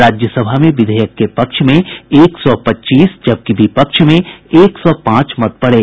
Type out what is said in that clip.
राज्यसभा में विधेयक के पक्ष में एक सौ पच्चीस जबकि विपक्ष में एक सौ पांच मत पड़े